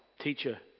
teacher